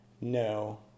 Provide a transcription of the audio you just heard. no